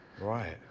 Right